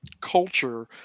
culture